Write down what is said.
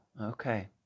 okay